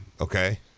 okay